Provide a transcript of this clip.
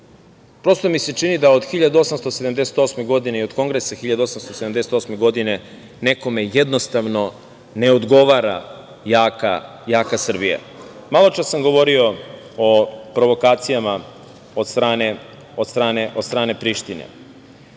Prosto mi se čini da od 1878. godine i od kongresa 1878. godine nekome jednostavno ne odgovara jaka Srbija. Maločas sam govorio o provokacijama od strane Prištine.